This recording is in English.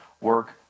work